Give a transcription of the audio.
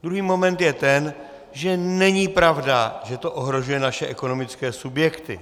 Druhý moment je ten, že není pravda, že to ohrožuje naše ekonomické subjekty.